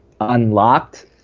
Unlocked